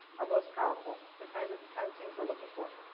are most powerful, the kind of kind of things we're looking for.